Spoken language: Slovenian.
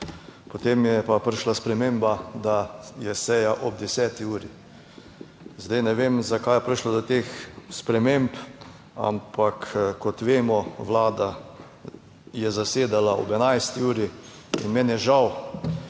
Potem je pa prišla sprememba, da je seja ob 10. uri. Zdaj ne vem, zakaj je prišlo do teh sprememb, ampak kot vemo, Vlada je zasedala ob 11. uri in meni je žal,